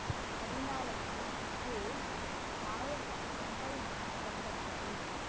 ಹದಿನಾಲ್ಕು ಜೂನ್ ಸಾವಿರದ ಒಂಬೈನೂರ ತೊಂಬತ್ತೈದು